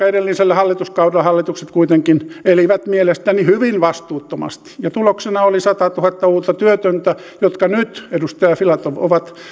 edellisellä hallituskaudella hallitus kuitenkin eli mielestäni hyvin vastuuttomasti ja tuloksena oli satatuhatta uutta työtöntä jotka nyt edustaja filatov ovat